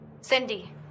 cindy